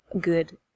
good